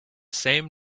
same